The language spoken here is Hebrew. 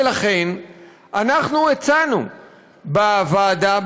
ולכן הצענו בוועדה,